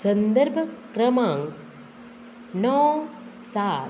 संदर्भ क्रमांक णव सात